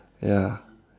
ya